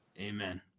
Amen